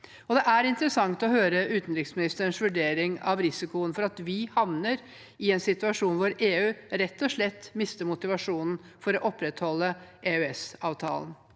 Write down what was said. Det er interessant å høre utenriksministerens vurdering av risikoen for at vi havner i en situasjon hvor EU rett og slett mister motivasjonen for å opprettholde EØS-avtalen.